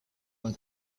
when